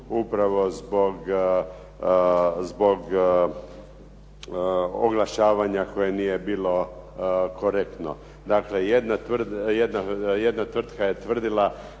upravo zbog oglašavanja koje nije bilo korektno. Dakle, jedna tvrtka je tvrdila